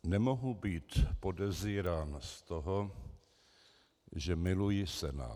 Nemohu být podezírán z toho, že miluji Senát.